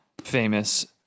famous